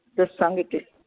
ਦੱਸਾਂਗੇ ਕਿ